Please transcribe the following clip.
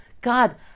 God